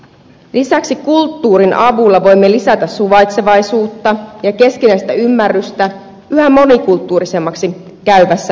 lisäksi kulttuurin avulla voimme lisätä suvaitsevaisuutta ja keskinäistä ymmärrystä yhä monikulttuurisemmaksi käyvässä suomessa